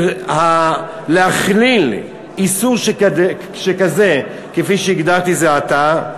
היא להכליל איסור שכזה, כפי שהגדרתי זה עתה,